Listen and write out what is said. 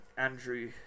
Andrew